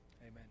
amen